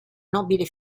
nobile